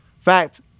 Fact